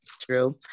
True